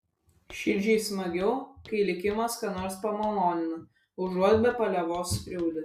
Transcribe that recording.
širdžiai smagiau kai likimas ką nors pamalonina užuot be paliovos skriaudęs